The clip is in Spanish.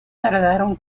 tardaron